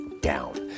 down